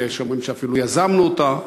ויש אומרים שאפילו יזמנו אותה,